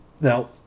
Now